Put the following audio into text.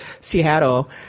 Seattle